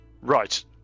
right